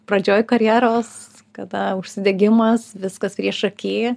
pradžioj karjeros kada užsidegimas viskas priešaky